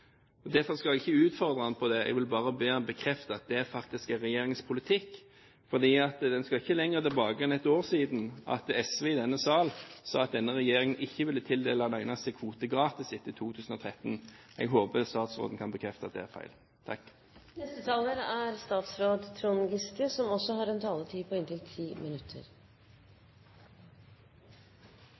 land. Derfor skal jeg ikke utfordre ham på det – jeg vil bare be ham bekrefte at det faktisk er regjeringens politikk. For det er ikke lenger enn ett år siden at SV i denne sal sa at denne regjeringen ikke ville tildele en eneste kvote gratis etter 2013. Jeg håper statsråden kan bekrefte at det er feil. La meg først knytte noen kommentarer til interpellasjonens adresse, fordi det av og til er litt uklart når slike interpellasjoner behandles, hvilken statsråd